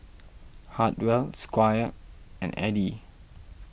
Hartwell Squire and Edie